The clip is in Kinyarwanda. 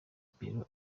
peru